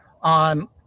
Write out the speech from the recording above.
on